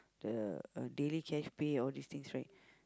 the uh daily cash pay all these things right